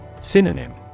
Synonym